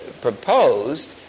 proposed